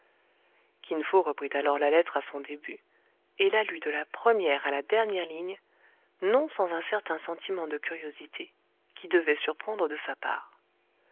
kin fo reprit alors la lettre à son début et la lut de la première à la dernière ligne non sans un certain sentiment de curiosité qui devait surprendre de sa part